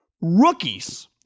rookies